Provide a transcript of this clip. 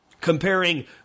comparing